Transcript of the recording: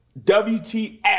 WTF